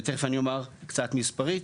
ותכף אני אומר קצת מספרית